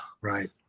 Right